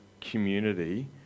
community